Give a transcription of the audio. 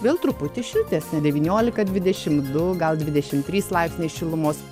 vėl truputį šiltesnė devyniolika dvidešim du gal dvidešim trys laipsniai šilumos